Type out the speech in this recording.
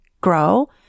grow